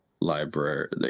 library